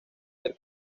del